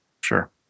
Sure